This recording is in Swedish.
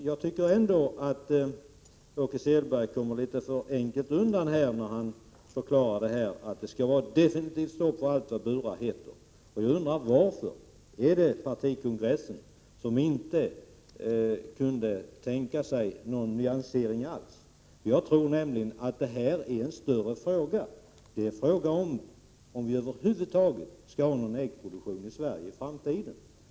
Jag tycker att Åke Selberg kommer litet för enkelt undan, när hans förklaring här är att det skulle vara fråga om ett definitivt stopp för allt vad burar heter. Jag undrar varför. Beror det på beslutet vid partikongressen, där man inte kunde tänka sig någon som helst nyansering? Jag tror att denna fråga är större än vad man har velat göra den till. Det är fråga om huruvida man över huvud taget skall ha någon produktion av ägg i Sverige i framtiden.